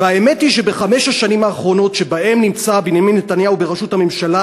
האמת היא שבחמש השנים האחרונות שבהן נמצא בנימין נתניהו בראשות הממשלה